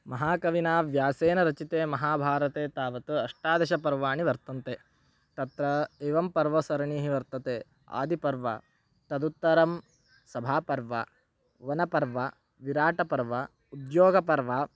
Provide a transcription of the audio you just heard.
महाकविना व्यासेन रचिते महाभारते तावत् अष्टादशपर्वाणि वर्तन्ते तत्र एवं पर्वसरणिः वर्तते आदिपर्व तदुत्तरं सभापर्व वनपर्व विराटपर्व उद्योगपर्व